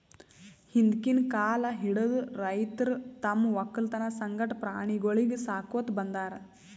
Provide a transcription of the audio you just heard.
ಹಿಂದ್ಕಿನ್ ಕಾಲ್ ಹಿಡದು ರೈತರ್ ತಮ್ಮ್ ವಕ್ಕಲತನ್ ಸಂಗಟ ಪ್ರಾಣಿಗೊಳಿಗ್ ಸಾಕೋತ್ ಬಂದಾರ್